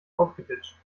aufgeditscht